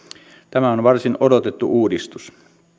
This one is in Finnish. tämä on varsin odotettu uudistus